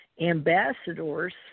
ambassadors